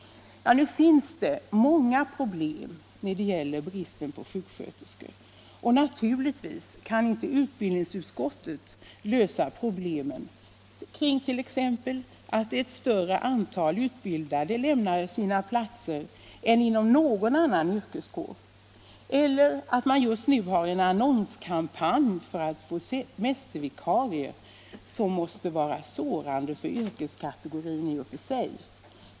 Det finns många problem när det gäller bristen på sjuksköterskor, och naturligtvis kan inte utbildningsutskottet lösa sådana problem som att bland sjuksköterskorna ett större antal utbildade lämnar sina platser än inom någon annan yrkeskår, eller att man just nu har en annonskampanj för att få semestervikarier som måste vara sårande för yrkeskategorin i och för sig.